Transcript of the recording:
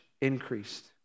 increased